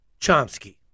Chomsky